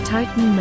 Titan